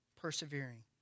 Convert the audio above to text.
persevering